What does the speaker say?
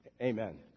amen